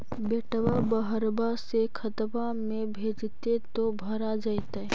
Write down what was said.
बेटा बहरबा से खतबा में भेजते तो भरा जैतय?